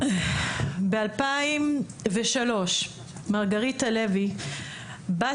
בשנת 2003 מרגריטה לוי בת